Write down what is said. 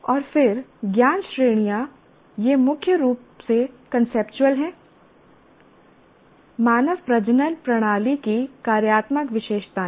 और फिर ज्ञान श्रेणियों यह मुख्य रूप से कांसेप्चुअल है मानव प्रजनन प्रणाली की कार्यात्मक विशेषताएं